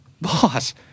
boss